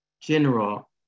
general